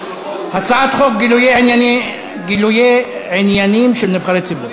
הצעת חוק גילויי עניינים של נבחרי ציבור.